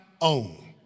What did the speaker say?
own